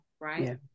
right